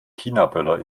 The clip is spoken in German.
chinaböller